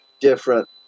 different